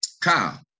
Kyle